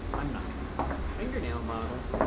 i'm not fingernail model